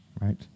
right